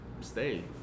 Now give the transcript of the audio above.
stay